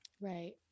Right